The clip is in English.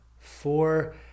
Four